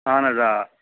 اَہَن حظ آ